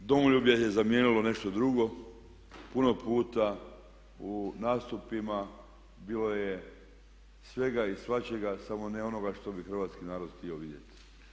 Puno puta domoljublje je zamijenilo nešto drugo, puno puta u nastupima bilo je svega i svačega samo ne onoga što bi hrvatski narod htio vidjeti.